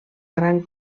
gran